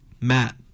Matt